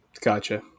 Gotcha